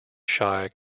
shy